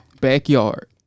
Backyard